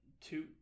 two